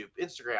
Instagram